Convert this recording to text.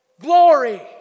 glory